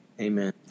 Amen